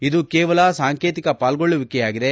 ಇದು ಕೇವಲ ಸಾಂಕೇತಿಕ ಪಾಲ್ಗೊಳ್ಳುವಿಕೆಯಾಗಿದೆ